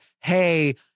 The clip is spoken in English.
Hey